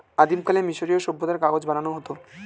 আদিমকালে মিশরীয় সভ্যতায় কাগজ বানানো হতো